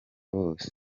bose